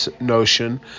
notion